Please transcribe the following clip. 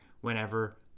whenever